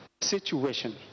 situation